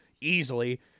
easily